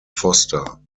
foster